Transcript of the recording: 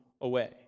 away